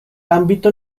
ámbito